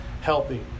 healthy